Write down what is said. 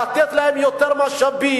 לתת להם יותר משאבים,